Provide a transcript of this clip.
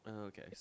Okay